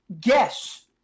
guess